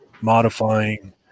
modifying